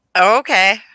Okay